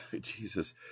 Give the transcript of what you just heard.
Jesus